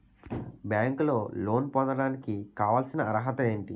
బ్యాంకులో లోన్ పొందడానికి కావాల్సిన అర్హత ఏంటి?